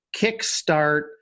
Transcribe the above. kickstart